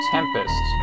Tempest